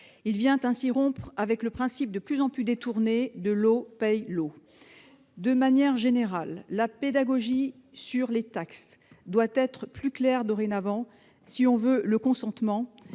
Il vient ainsi rompre avec le principe, de plus en plus détourné, selon lequel « l'eau paie l'eau ». De manière générale, la pédagogie relative aux taxes doit être plus claire si on veut le consentement.